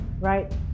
right